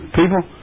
people